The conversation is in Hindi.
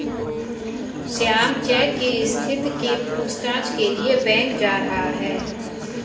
श्याम चेक की स्थिति के पूछताछ के लिए बैंक जा रहा है